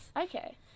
Okay